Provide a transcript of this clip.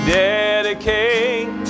dedicate